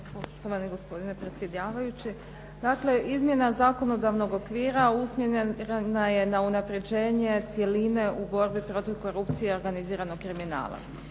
Hvala vam